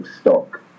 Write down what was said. stock